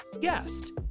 guest